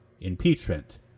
impeachment